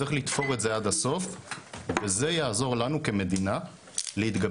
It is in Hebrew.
צריך לתפור את זה עד הסוף וזה יעזור לנו כמדינה להתגבר